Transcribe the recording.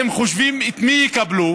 מה אתם חושבים, את מי יקבלו,